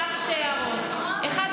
רק שתי הערות: האחת,